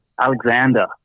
Alexander